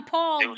Paul